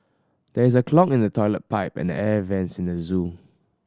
there is a clog in the toilet pipe and the air vents in the zoo